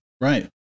Right